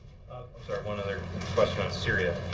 sorry, one other question, on syria.